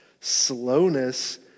slowness